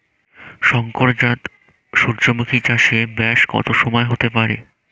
শংকর জাত সূর্যমুখী চাসে ব্যাস কত সময় হতে পারে?